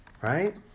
Right